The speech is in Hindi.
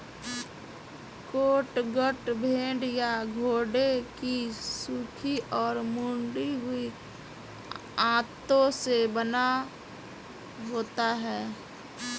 कैटगट भेड़ या घोड़ों की सूखी और मुड़ी हुई आंतों से बना होता है